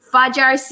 Fajar